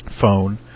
phone